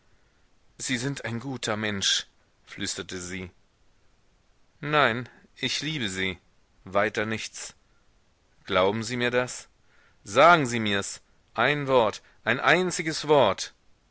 sie sind ein guter mensch flüsterte sie nein ich liebe sie weiter nichts glauben sie mir das sagen sie mirs ein wort ein einziges wort